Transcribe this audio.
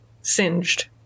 singed